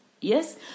yes